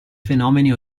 fenomeni